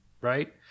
right